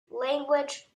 language